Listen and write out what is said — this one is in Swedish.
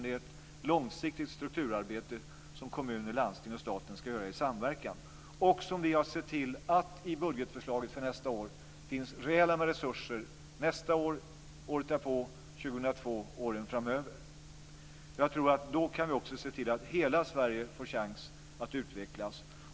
Det är ett långsiktigt strukturarbete som kommuner, landsting och staten ska göra i samverkan. Vi har sett till att det i budgetförslaget finns reella resurser för nästa år, året därpå, år 2002 och åren framöver. Om vi kan gå in med ett sådant arbete tror jag att vi också kan se till att hela Sverige får en chans att utvecklas.